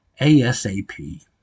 ASAP